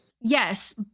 yes